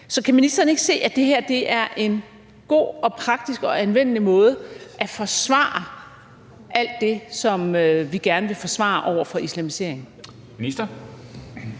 Så kan ministeren ikke se, at det her er en god og praktisk og anvendelig måde at forsvare alt det, som vi gerne vil forsvare, over for islamiseringen?